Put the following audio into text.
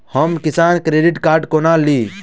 हम Kisan credit card कोना ली?